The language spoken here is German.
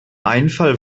einfall